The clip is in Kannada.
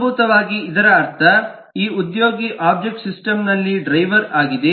ಮೂಲಭೂತವಾಗಿ ಇದರ ಅರ್ಥ ಈ ಉದ್ಯೋಗಿ ಒಬ್ಜೆಕ್ಟ್ ಸಿಸ್ಟಮ್ನಲ್ಲಿ ಡ್ರೈವರ್ ಆಗಿದೆ